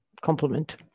Compliment